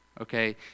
okay